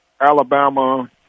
Alabama